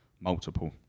multiple